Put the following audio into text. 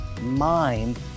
mind